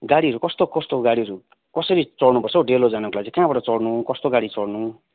गाडीहरू कस्तो कस्तो गाडीहरू कसरी चढ्नुपर्छ हौ डेलो जानुको लागि चाहिँ कहाँबाट चढ्नु कस्तो गाडी चढ्नु